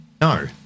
No